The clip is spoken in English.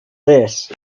this